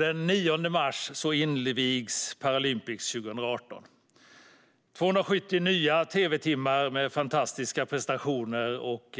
Den 9 mars invigs Paralympics 2018. Det blir 270 nya tv-timmar med fantastiska prestationer och